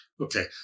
Okay